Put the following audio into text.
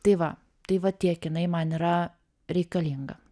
tai va tai va tiek jinai man yra reikalinga